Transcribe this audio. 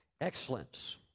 excellence